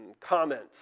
comments